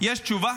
יש תשובה?